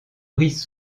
brice